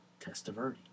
Testaverde